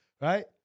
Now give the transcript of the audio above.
Right